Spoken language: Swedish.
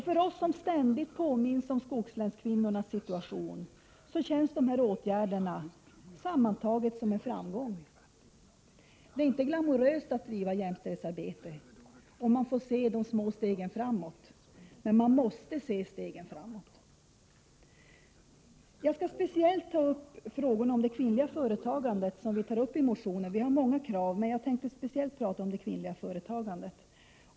För oss som ständigt påminns om kvinnornas situation i skogslänen känns dessa åtgärder som en stor framgång. Det är inte särskilt glamoröst att bedriva jämställdhetsarbete. Man får se till de små stegen framåt; och man måste se framåt. Jag skall nu speciellt ta upp frågor om det kvinnliga företagandet.